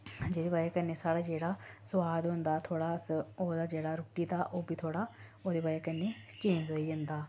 जेह्दी बजह कन्नै साढ़ा जेह्ड़ा सोआद होंदा थोह्ड़ा अस ओह्दा जेह्ड़ा रुट्टी दा ओह् बी थोह्ड़ा ओह्दी बजह कन्नै चेंज होई जंदा